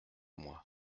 moi